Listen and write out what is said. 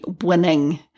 winning